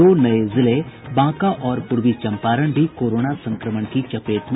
दो नये जिले बांका और पूर्वी चंपारण भी कोरोना संक्रमण की चपेट में